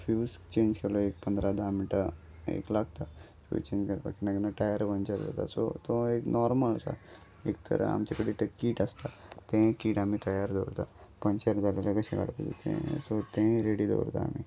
fuse change केलो एक पंदरा धा मिनटां एक लागता फ्यूज चेंज करपाक केन्ना केन्ना टायर पंचर जाता सो तो एक नॉर्मल आसा एक तर आमचे कडे ते कीट आसता तेंय क किट आमी तयार दवरता पंचर जालेले कशें काडपाचें तें सो तेंय रेडी दवरता आमी